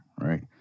right